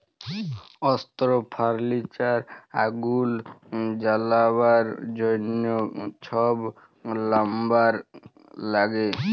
অস্ত্র, ফার্লিচার, আগুল জ্বালাবার জ্যনহ ছব লাম্বার ল্যাগে